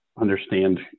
understand